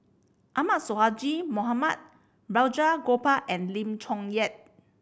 Ahmad Sonhadji Mohamad Balraj Gopal and Lim Chong Yah